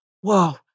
Whoa